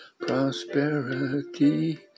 prosperity